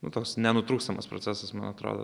nu toks nenutrūkstamas procesas man atrodo